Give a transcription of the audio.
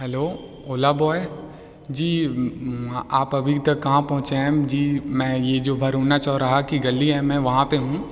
hello Ola boy ji आप अभी तक कहाँ पहुँचे हैं जी मैं ये जो भरूना चौराहा की गली है मैं वहाँ पर हूँ